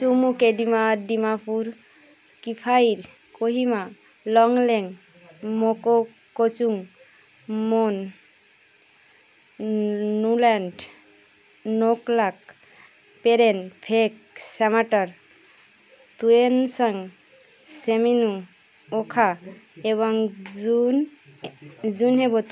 Chumoukedima Dimapur Kiphire Kohima Longleng Mokokchung Mon Niuland Noklak Peren Phek Shamator Tuensang Tseminyu Wokha এবাং জুন June হেবোতো